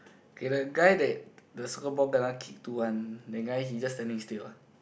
K the guy that the soccer ball kena kick to one that guy he just standing still